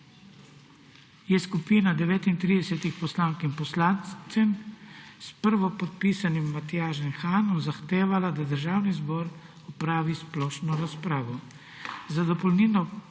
je skupina 39 poslank in poslancev s prvopodpisanim Matjažem Hanom zahtevala, da Državni zbor opravi splošno razpravo. Za dopolnilno